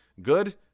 good